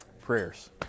Prayers